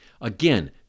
Again